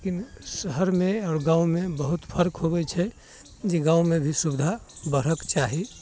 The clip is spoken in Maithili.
लेकिन शहरमे आओर गाँव मे बहुत फर्क होबैत छै जे गाँवमे भी सुविधा बढ़क चाही